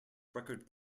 record